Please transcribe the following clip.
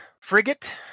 frigate